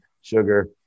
sugar